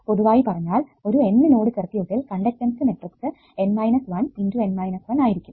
പൊതുവായി പറഞ്ഞാൽ ഒരു n നോഡ് സർക്യൂട്ടിൽ കണ്ടക്ടൻസ് മെട്രിക്സ് n 1 × n 1 ആയിരിക്കും